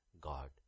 God